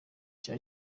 cya